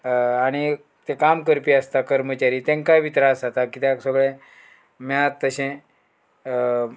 आणी तें काम करपी आसता कर्मचारी तेंकाय बी त्रास जाता कित्याक सगळें मेळत तशें